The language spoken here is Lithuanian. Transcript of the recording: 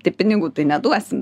tai pinigų tai neduosim